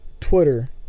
Twitter